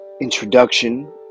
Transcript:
introduction